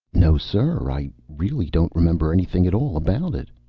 no, sir. i really don't remember anything at all about it.